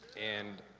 and.